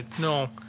no